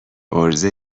عرضه